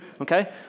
Okay